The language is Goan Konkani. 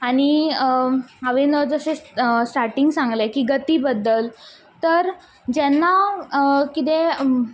आनी हांवेंन जर जशी स्टार्टींग सांगलें की गती बद्दल तर जेन्ना कितेंय